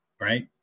right